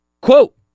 quote